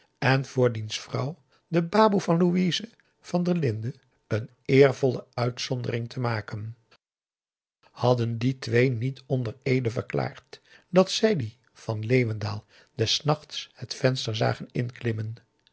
en voor diens vrouw de baboe van louise van der linden een eervolle uitzondering te maken hadden die twee niet onder eede verklaard dat zij dien van leeuwendaal des nachts het venster zagen inklimmen